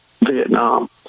Vietnam